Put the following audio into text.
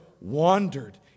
wandered